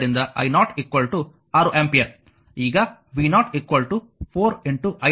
ಆದ್ದರಿಂದ i0 6 ampere ಈಗ v0 4 i0